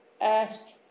ask